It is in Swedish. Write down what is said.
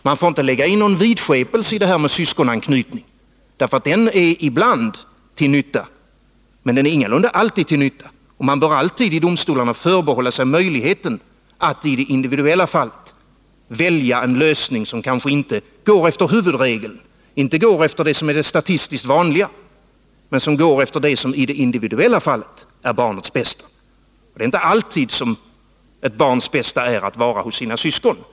Man får inte lägga in någon vidskepelse i det här med syskonanknytningen, för den är ibland till nytta men den är inte alltid till nytta. Man bör i domstolarna förbehålla sig möjligheten att i det individuella fallet välja en lösning som kanske inte går efter huvudregeln, inte går efter vad som är det statistiskt vanliga, utan som går efter det som i det individuella fallet är till barnets bästa. Det är inte alltid som ett barns bästa är att vara hos sina syskon.